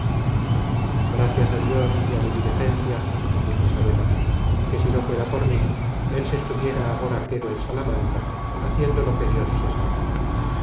gracias a dios y á mi diligencia dijo isabela que si no fuera por mí él se estuviera agora quédo en salamanca haciendo lo que dios se sabe